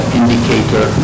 indicator